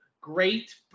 great